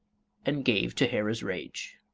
and gave to hera's rage.